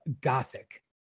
gothic